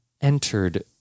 entered